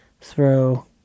throw